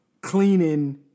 cleaning